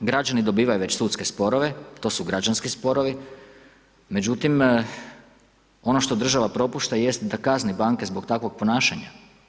Građani dobivaju već sudske sporove, to su građanski sporovi međutim ono što država propušta jest da kazni banke zbog takvog ponašanja.